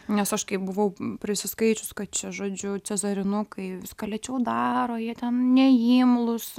nes aš kai buvau prisiskaičius kad čia žodžiu cezarinukai ka lėčiau daro jie ten neimlūs